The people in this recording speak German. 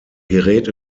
gerät